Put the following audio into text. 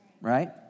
right